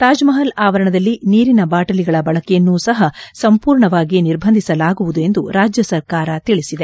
ತಾಜ್ಮಪಲ್ ಆವರಣದಲ್ಲಿ ನೀರಿನ ಬಾಟಲಿಗಳ ಬಳಕೆಯನ್ನೂ ಸಹ ಸಂಪೂರ್ಣವಾಗಿ ನಿರ್ಬಂಧಿಸಲಾಗುವುದು ಎಂದು ರಾಜ್ಯ ಸರ್ಕಾರ ತಿಳಿಸಿದೆ